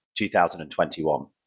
2021